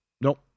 Nope